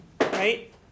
right